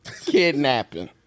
Kidnapping